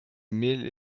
mille